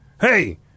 hey